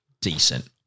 decent